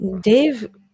Dave